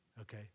okay